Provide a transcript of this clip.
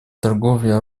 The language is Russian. торговле